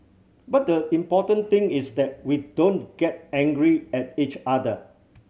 but the important thing is that we don't get angry at each other